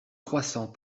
croissants